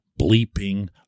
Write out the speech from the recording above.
bleeping